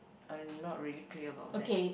I'm not really clear about that